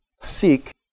seek